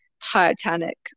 Titanic